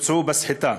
בוצעו בסחיטה.